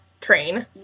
train